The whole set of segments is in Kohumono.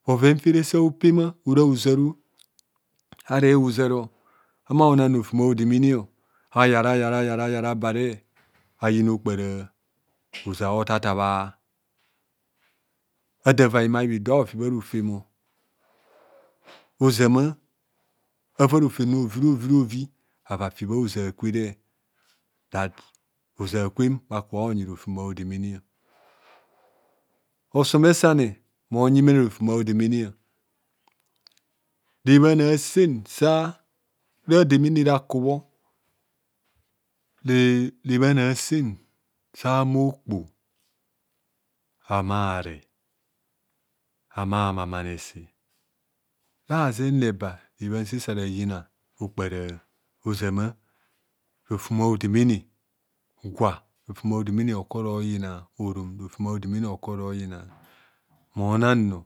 . Bhoven fere sa opema ora hozaroare hozaro ahumor ana rofem a'odemene ayar ayar ayar abare ayina okpara hoza hota ta bha ada va bhimai bhidu aofi bha rofemo ozama ava rofem rovi rovi rovi rovi ava fibha hoza kwere dat oza kwen maka onyi rofem odemene osome sane monyi. mene rofem a'odemene. rebhan asensa redemene rakubho. rerebhan a'sen sa humo okpo amare razen reba rebhause sa re yina okpara ozama rofem odomene gwa ro–fem odemene okoro yina orom rofem a'odemene okoro yina mona nno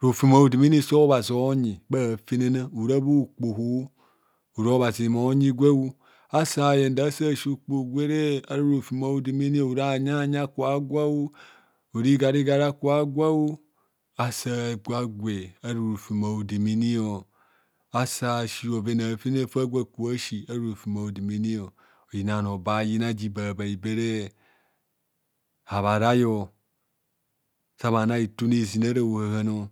rofem odemene sa obhzi onyi bha fenana ora bha okpo uo ora obhazi monyi gwe asa yen dar asa si okpoho gwere ara rofem a'odemene ora bha–yayi aka gwao ora igarigari aka gwao asa gwagwe ara rofem a'odemeneo asa si bhoven a'fenana fa gwo aka si ara rofem a'odemene oyina bhanor babha yina ji ibabai bere habharaio sa bha na itune ezin ava ohahano